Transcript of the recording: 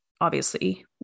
obviously-